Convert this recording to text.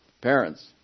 Parents